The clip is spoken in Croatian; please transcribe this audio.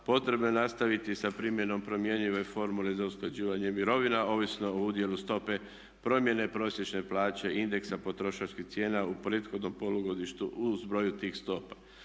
potrebno je nastaviti sa primjenom promjenjive formule za usklađivanje mirovina ovisno o udjelu stope promjene prosječne plaće, indeksa potrošačkih cijena u prethodnom polugodištu u zbroju tih stopa.